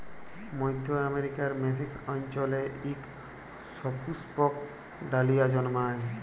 মইধ্য আমেরিকার মেক্সিক অল্চলে ইক সুপুস্পক ডালিয়া জল্মায়